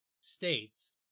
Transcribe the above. states